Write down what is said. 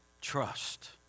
Trust